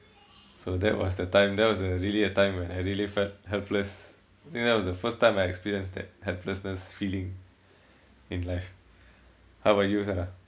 so that was the time that was really a time when I really felt helpless I think that was the first time I experienced that helplessness feeling in life how about you sala